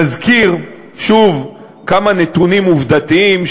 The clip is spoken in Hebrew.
נזכיר שוב כמה נתונים עובדתיים,